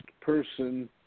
person